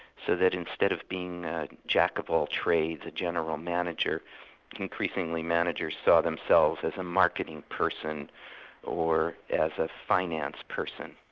so that instead of being jack-of-all-trades, the general manager increasingly managers saw themselves as a marketing person or as a finance person,